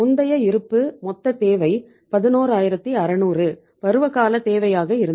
முந்தைய இருப்பு மொத்த தேவை 11600 பருவகால தேவையாக இருந்தது